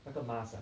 那个 mask ah